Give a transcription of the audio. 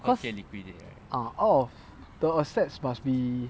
because ah out of the assets must be